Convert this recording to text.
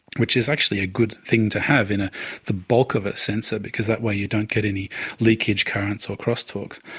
which is actually a good thing to have in ah the bulk of a sensor because that way you don't get any leakage currents or cross talks.